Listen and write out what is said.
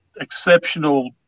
exceptional